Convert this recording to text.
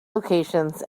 locations